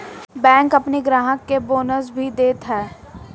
bank अपनी ग्राहक के बोनस भी देत हअ